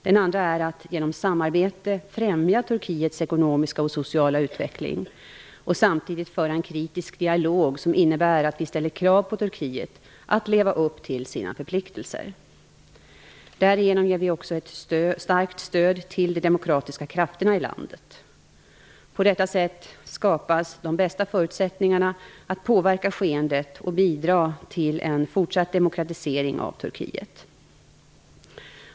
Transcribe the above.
Den andra är att genom samarbete främja Turkiets ekonomiska och sociala utveckling och samtidigt föra en kritisk dialog, som innebär att vi ställer krav på Turkiet att leva upp till sina förpliktelser. Därigenom ger vi också ett starkt stöd till de demokratiska krafterna i landet. På detta sätt skapas de bästa förutsättningarna att påverka skeendet och bidra till en fortsatt demokratisering av Turkiet.